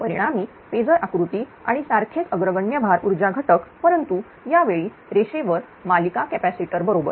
परिणामी फेजर आकृती आणि सारखेच अग्रगण्य भार ऊर्जा घटक परंतु यावेळी रेषेवर मालिका कॅपॅसिटर बरोबर